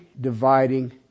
dividing